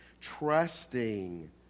Trusting